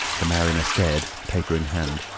the mariner stared, paper in hand.